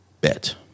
Bet